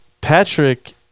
Patrick